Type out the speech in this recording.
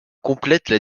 complètent